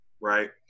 right